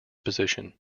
position